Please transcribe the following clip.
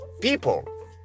People